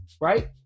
right